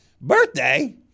Birthday